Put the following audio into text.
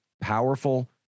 powerful